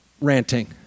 ranting